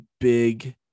big